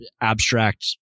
abstract